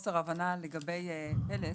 חוסר הבנה לגבי פל"ס.